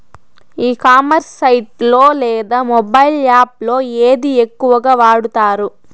ఈ commerce site లో లేదా మొబైల్ యాప్ లో ఏది ఎక్కువగా వాడుతారు?